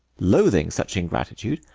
loathing such ingratitude,